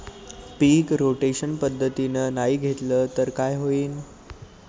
पीक rotation पद्धतीनं नाही घेतलं तर काय होईन?